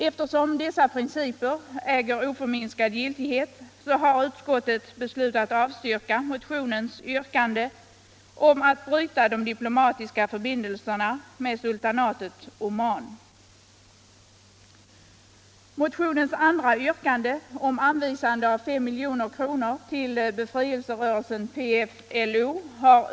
Eftersom dessa principer äger oförminskad giltighet har utskottet beslutat avstyrka motionens yrkande att bryta de diplomatiska förbindelserna med sultanatet Oman.